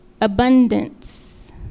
abundance